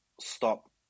stop